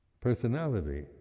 personality